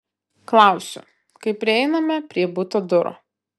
klausiu kai prieiname prie buto durų